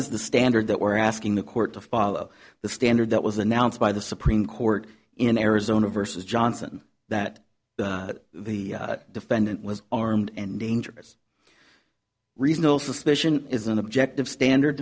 is the standard that we're asking the court to follow the standard that was announced by the supreme court in arizona versus johnson that the defendant was armed and dangerous reasonable suspicion is an objective standard